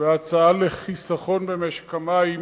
והצעה לחיסכון במשק המים.